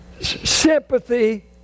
sympathy